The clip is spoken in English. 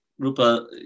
Rupa